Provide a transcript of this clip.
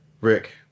Rick